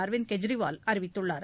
அரவிந்த் கெஜ்ரிவால் அறிவித்துள்ளார்